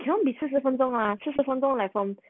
cannot be 四十分钟 ah 四十分钟 like from